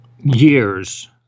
years